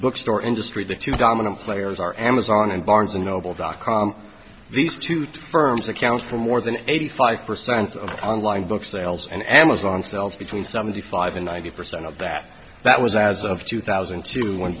bookstore industry the two dominant players are amazon and barnes and noble dot com these two two firms account for more than eighty five percent of online book sales and amazon sells between seventy five and ninety percent of that that was as of two thousand and two when